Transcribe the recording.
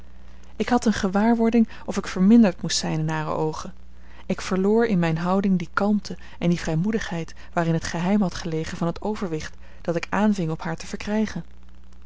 ik had eene gewaarwording of ik verminderd moest zijn in hare oogen ik verloor in mijne houding die kalmte en die vrijmoedigheid waarin het geheim had gelegen van het overwicht dat ik aanving op haar te verkrijgen